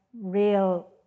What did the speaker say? real